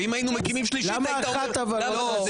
ואם היינו מקימים שלישית היית אומר --- למה אחת אבל --- עזוב,